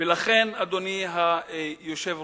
ולכן, אדוני היושב-ראש,